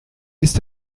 ist